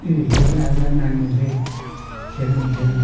ए हिजोआज नानीहरूले खेल्ने खेल